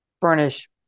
furnish